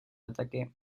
ataque